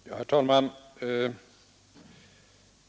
Herr talman!